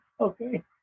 okay